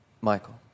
Michael